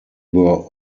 were